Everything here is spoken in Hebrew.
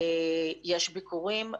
יש ביקורים.